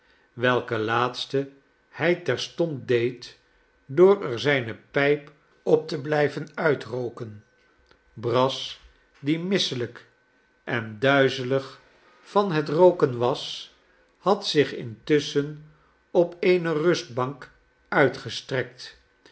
welk laatste hij terstond deed door er zijne pijp op te blijven uitrooken brass die misselijk en duizelig van het rooken was had zich intusschen op eene rustbank uitgestrekt